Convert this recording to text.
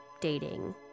dating